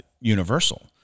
universal